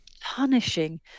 punishing